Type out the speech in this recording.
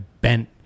bent